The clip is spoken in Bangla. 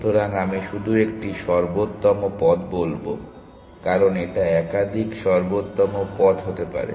সুতরাং আমি শুধু একটি সর্বোত্তম পথ বলব কারণ এটা একাধিক সর্বোত্তম পথ হতে পারে